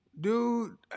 Dude